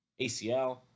ACL